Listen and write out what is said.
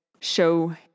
show